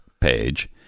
page